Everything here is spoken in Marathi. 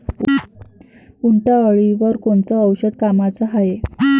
उंटअळीवर कोनचं औषध कामाचं हाये?